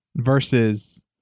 Versus